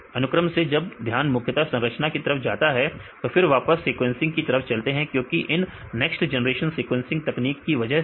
अनुक्रम से जब ध्यान मुख्यता संरचना की तरफ जाता है फिर वापस सीक्वेंसग की तरफ चलते हैं क्योंकि इन नेक्स्ट जनरेशन सीक्वेंसग तकनीक की वजह से